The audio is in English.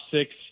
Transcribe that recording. six